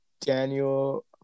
Daniel